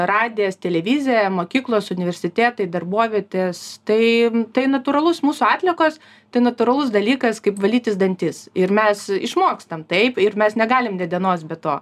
radijas televizija mokyklos universitetai darbovietės tai tai natūralus mūsų atliekos tai natūralus dalykas kaip valytis dantis ir mes išmokstam taip ir mes negalim nė dienos be to